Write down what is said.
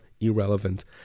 irrelevant